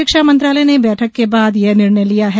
शिक्षा मंत्रालय ने बैठक के बाद यह निर्णय लिया है